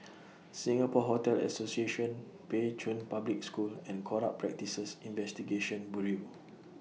Singapore Hotel Association Pei Chun Public School and Corrupt Practices Investigation Bureau